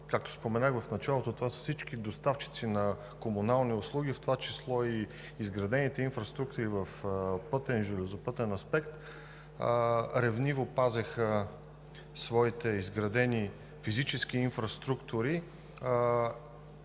както споменах в началото, това са всички доставчици на комунални услуги, в това число и изградените инфраструктури в пътен, железопътен аспект, ревниво пазеха своите изградени физически инфраструктури